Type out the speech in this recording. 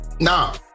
Nah